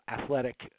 athletic